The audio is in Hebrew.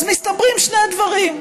אז מסתברים שני דברים: